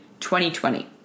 2020